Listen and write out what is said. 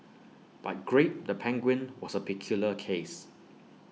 but grape the penguin was A peculiar case